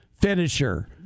finisher